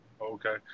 Okay